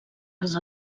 els